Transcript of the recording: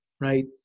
right